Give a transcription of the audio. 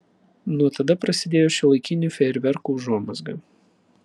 nuo tada prasidėjo šiuolaikinių fejerverkų užuomazga